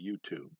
YouTube